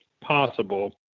possible